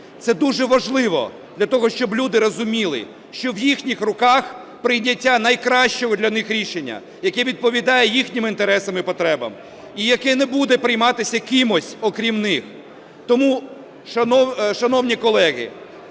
Це дуже важливо для того, щоб люди розуміли, що в їхніх руках прийняття найкращого для них рішення, яке відповідає їхнім інтересам і потребам і яке не буде прийматися кимось окрім них. Тому, шановні колеги,